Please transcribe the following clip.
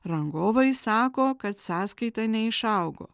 rangovai sako kad sąskaita neišaugo